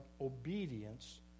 obedience